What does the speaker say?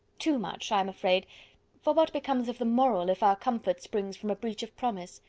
too much, i am afraid for what becomes of the moral, if our comfort springs from a breach of promise?